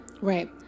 Right